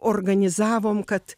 organizavom kad